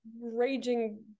raging